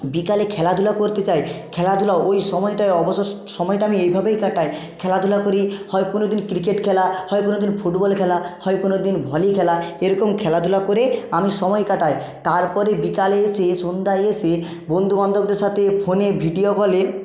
বিকেলে খেলাধুলা করতে চাই খেলাধুলা ওই সময়টায় অবসর সময়টা আমি এইভাবেই কাটাই খেলাধুলা করি হয় কোনো দিন ক্রিকেট খেলা হয় কোনো দিন ফুটবল খেলা হয় কোনো দিন ভলি খেলা এরকম খেলাধুলা করে আমি সময় কাটাই তারপরে বিকেলে এসে সন্ধ্যায় এসে বন্ধুবান্ধবদের সাথে ফোনে ভিডিও কলে